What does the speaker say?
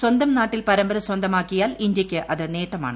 സ്വന്തം നാട്ടിൽ പരമ്പര സ്വന്തമാക്കിയാൽ ഇന്ത്യയ്ക്ക് അത് നേട്ടമാണ്